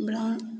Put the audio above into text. ब्र